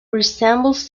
resembles